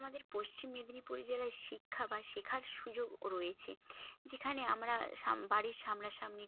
আমাদের পশ্চিম মেদিনীপুর জেলায় শিক্ষা বা শেখার সুযোগ রয়েছে যেখানে আমরা বাড়ির সামনাসামনি